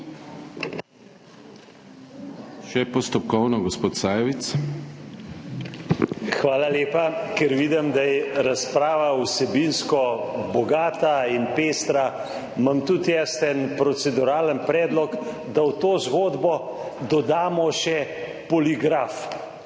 (PS Svoboda):** Hvala lepa. Ker vidim, da je razprava vsebinsko bogata in pestra, imam tudi jaz en proceduralni predlog – da v to zgodbo dodamo še poligraf.